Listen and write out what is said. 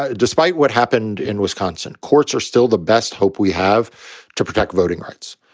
ah despite what happened in wisconsin. courts are still the best hope we have to protect voting rights.